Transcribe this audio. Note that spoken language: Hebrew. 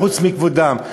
חוץ מכבודם,